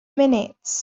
minutes